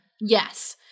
Yes